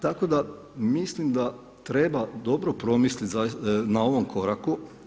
Tako da mislim da treba dobro promisliti na ovom koraku.